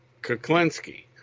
Kuklinski